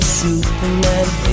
superman